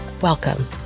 Welcome